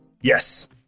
Yes